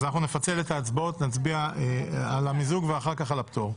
אז אנחנו נפצל את ההצבעות: נצביע על המיזוג ואחר כך על הפטור.